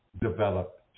developed